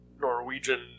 Norwegian